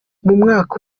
mwaka